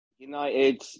United